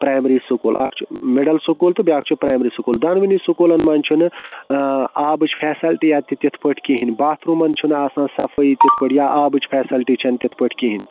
primary school اَکھ چھِ middle school تہٕ بیٛاکھ چھِ پرٛیمری سُکوٗل دۄنوٕنی سُکوٗلَن منٛز چھُنہٕ آبٕچ فٮ۪سلٹیا تہِ تِتھ پٲٹھۍ کِہیٖنۍ باتھ روٗمَن چھُنہٕ آسان صفٲیی تِتھ پٲٹھۍ یا آبٕچ فٮ۪سلٹی چھنہٕ تِتھ پٲٹھۍ کِہیٖنۍ